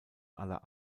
aller